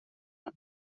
aan